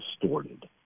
distorted